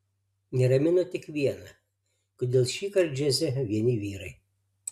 neramino tik viena kodėl šįkart džiaze vieni vyrai